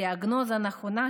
דיאגנוזה נכונה,